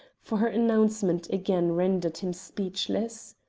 for her announcement again rendered him speechless.